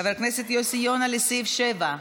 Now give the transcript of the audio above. חבר הכנסת יוסי יונה, לסעיף 7?